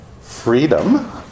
freedom